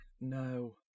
No